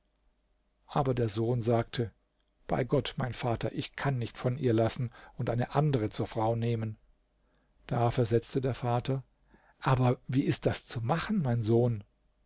aber der sohn sagte bei gott mein vater ich kann nicht von ihr lassen und eine andere zur frau nehmen da versetzte der vater aber wie ist das zu machen mein sohn